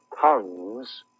tongues